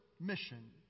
mission